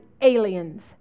aliens